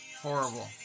horrible